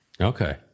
Okay